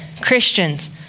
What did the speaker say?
Christians